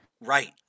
Right